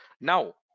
now